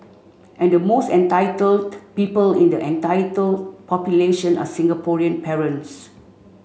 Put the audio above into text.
and the most entitled people in the entitled population are Singaporean parents